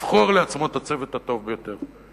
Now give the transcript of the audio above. לבחור לעצמו את הצוות הטוב ביותר.